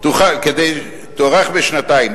שהוראת השעה תוארך בשנתיים.